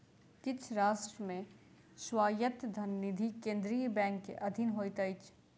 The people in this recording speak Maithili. किछ राष्ट्र मे स्वायत्त धन निधि केंद्रीय बैंक के अधीन होइत अछि